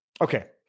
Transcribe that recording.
Okay